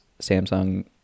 Samsung